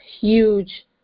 huge